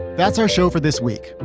that's our show for this week.